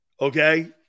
okay